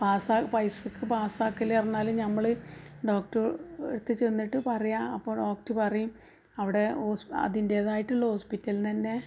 പാസ്സാക്കൽ പൈസക്ക് പാസാക്കൽ എന്നുപറഞ്ഞാൽ നമ്മൾ ഡോക്ടറൂടെ അടുത്ത് ചെന്നിട്ട് പറയാം അപ്പോൾ ഡോക്ടറ് പറയും അവിടെ ഓസ് അതിൻ്റേതായിട്ടുള്ള ഹോസ്പിറ്റലിൽ നിന്ന് തന്നെ